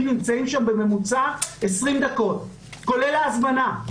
נמצאים שם בממוצע 20 דקות כולל ההזמנה.